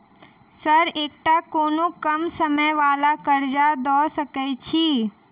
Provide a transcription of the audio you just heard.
Sir एकटा कोनो कम समय वला कर्जा दऽ सकै छी?